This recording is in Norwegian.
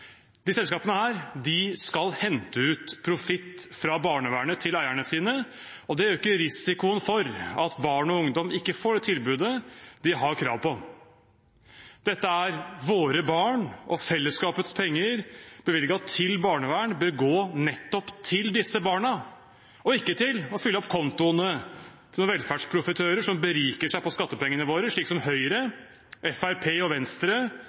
selskapene skal hente ut profitt fra barnevernet til eierne sine, og det øker risikoen for at barn og ungdom ikke får det tilbudet de har krav på. Dette er våre barn, og fellesskapets penger bevilget til barnevern bør gå nettopp til disse barna, ikke til å fylle opp kontoene til velferdsprofitører som beriker seg på skattepengene våre, slik Høyre, Fremskrittspartiet og Venstre